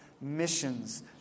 Missions